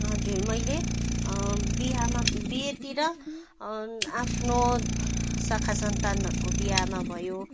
हजुर मैले बिहामा बिहेतिर आफ्नो शाखा सन्तानहरूको बिहामा भयो